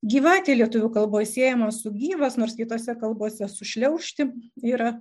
gyvatė lietuvių kalboj siejama su gyvas nors kitose kalbose su šliaužti yra